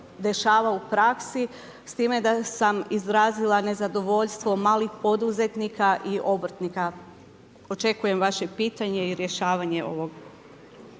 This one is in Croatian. u praksi, s time da sam izrazila nezadovoljstvo malih poduzetnika i obrtnika. Očekujem vaše pitanje i rješavanje ovog.